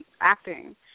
acting